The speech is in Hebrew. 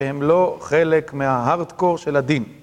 הם לא חלק מההארדקור של הדין.